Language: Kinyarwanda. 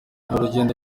urugendo